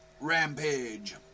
Rampage